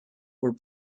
were